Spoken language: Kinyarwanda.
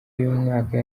y’umwaka